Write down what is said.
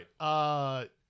right